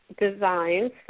designs